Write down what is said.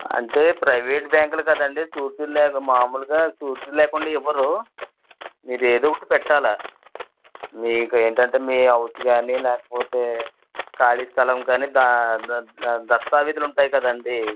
అంటే ప్రైవేట్ బ్యాంకులు కదండి షూరిటీ లేకుం మామూలుగా షూరిటీ లేకుండా ఇవ్వరు మీరు ఏదో ఒకటి పెట్టాలి మీకు ఏంటంటే మీ హౌస్ కానీ లేకపోతే ఖాళీ స్థలం కానీ ద దస్తవీజులు ఉంటాయి కదండి